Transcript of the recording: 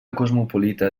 cosmopolita